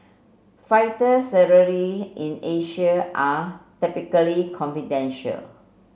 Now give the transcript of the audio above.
fighter salary in Asia are typically confidential